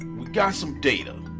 we've got some data.